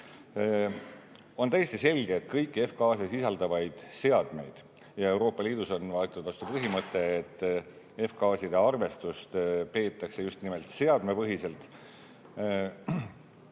On täiesti selge, et kõiki F‑gaase sisaldavaid seadmeid – Euroopa Liidus on võetud vastu põhimõte, et F‑gaaside arvestust peetakse just nimelt seadmepõhiselt